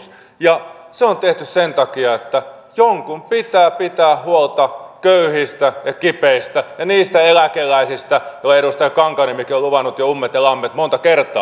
se on tehty sen takia että jonkun pitää pitää huolta köyhistä ja kipeistä ja niistä eläkeläisistä joille edustaja kankaanniemikin on luvannut jo ummet ja lammet monta kertaa